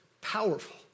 powerful